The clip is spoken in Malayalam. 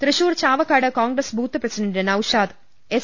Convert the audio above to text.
തൃശൂർ ചാവക്കാട്ട് Congress booth president Naushad S